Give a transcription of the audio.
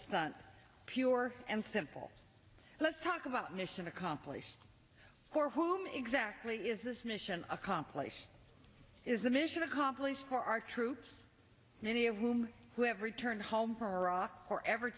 stunt pure and simple let's talk about mission accomplished for whom exactly is this mission accomplished is the mission accomplished for our troops many of whom who have returned home from iraq forever